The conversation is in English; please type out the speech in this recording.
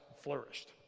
flourished